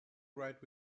right